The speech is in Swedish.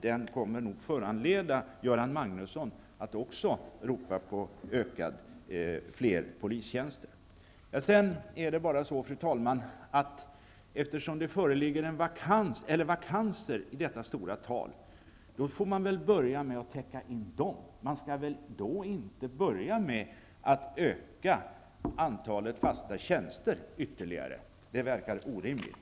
Det kommer nog att föranleda även Göran Magnusson att ropa på fler polistjänster. Fru talman! Eftersom det föreligger en hel del vakanser, får man börja med att täcka in dem. Man skall inte börja med att öka antalet fasta tjänster. Det vore orimligt.